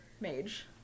mage